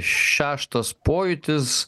šeštas pojūtis